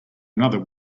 another